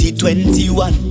2021